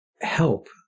help